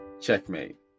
checkmate